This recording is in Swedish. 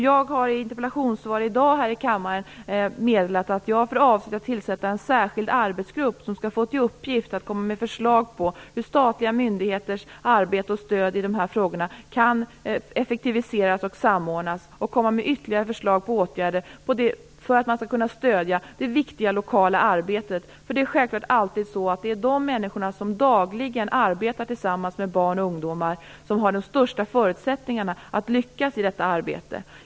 Jag har i ett interpellationsvar i dag här i kammaren meddelat att jag har för avsikt att tillsätta en särskild arbetsgrupp med uppgift att komma med förslag på hur statliga myndigheters arbete och stöd i dessa frågor kan effektiviseras och samordnas. Gruppen skall också komma med ytterligare förslag om hur man skall stödja det viktiga lokala arbetet. Det är självklart så att det är de människor som dagligen arbetar tillsammans med barn och ungdomar som har de största förutsättningarna att lyckas i detta arbete.